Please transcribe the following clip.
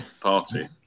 party